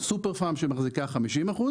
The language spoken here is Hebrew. סופר פארם שמחזיקה 50%,